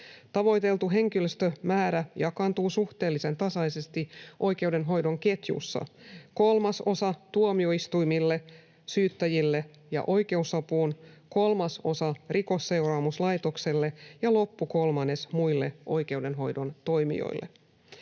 Tavoiteltu henkilöstömäärä jakaantuu suhteellisen tasaisesti oikeudenhoidon ketjussa: kolmasosa tuomioistuimille, syyttäjille ja oikeusapuun, kolmasosa Rikosseuraamuslaitokselle ja loppukolmannes muille oikeudenhoidon toimijoille.